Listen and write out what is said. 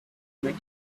make